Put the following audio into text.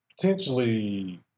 Potentially